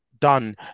done